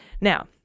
Now